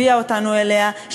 הביאה אותנו אליה,